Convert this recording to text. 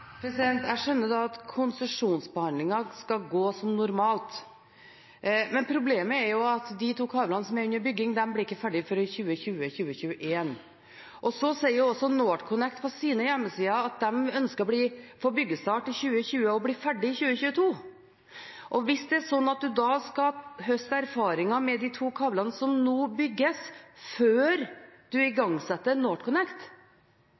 Jeg skjønner at konsesjonsbehandlingen skal gå som normalt. Men problemet er jo at de to kablene som er under bygging, ikke blir ferdige før i 2020–2021. Så sier også NorthConnect på sine hjemmesider at de ønsker å få byggestart i 2020 og bli ferdige i 2022. Hvis det er sånn at en skal høste erfaringer med de to kablene som nå bygges, før en igangsetter NorthConnect,